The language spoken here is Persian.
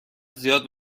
زیاد